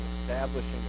establishing